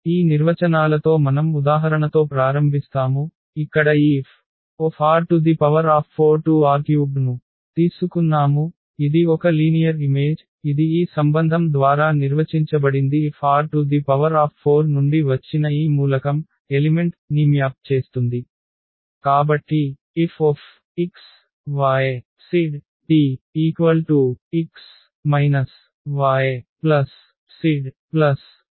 ఈ నిర్వచనాలతో మనం ఉదాహరణతో ప్రారంభిస్తాము ఇక్కడ ఈ FR4R3 ను తీసుకున్నాము ఇది ఒక లీనియర్ ఇమేజ్ ఇది ఈ సంబంధం ద్వారా నిర్వచించబడింది F R⁴ నుండి వచ్చిన ఈ మూలకంఎలిమెంట్ని మ్యాప్ చేస్తుంది